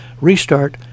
Restart